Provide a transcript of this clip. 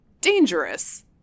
dangerous